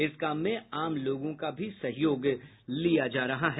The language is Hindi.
इस काम में आम लोगों का भी सहयोग लिया जा रहा है